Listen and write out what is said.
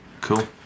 Cool